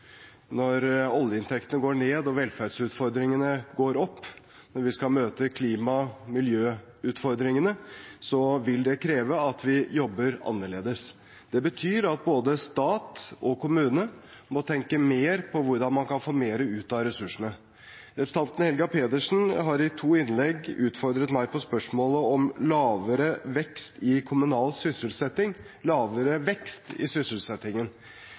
Når oljeinntektene går ned og velferdsutfordringene går opp, når vi skal møte klima- og miljøutfordringene, vil det kreve at vi jobber annerledes. Det betyr at både stat og kommuner må tenke mer på hvordan man kan få mer ut av ressursene. Representanten Helga Pedersen har i to innlegg utfordret meg på spørsmålet om lavere vekst i kommunal sysselsetting – lavere vekst i sysselsettingen.